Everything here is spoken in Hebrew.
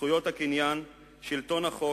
זכויות הקניין, שלטון החוק,